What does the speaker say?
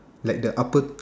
like the upper